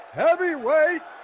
heavyweight